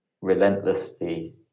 relentlessly